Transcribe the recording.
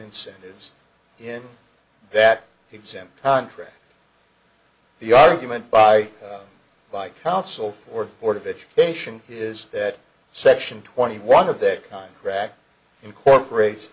incentives in that exempt contract the argument by like counsel for board of education is that section twenty one of that contract incorporates